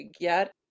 get